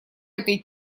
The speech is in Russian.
этой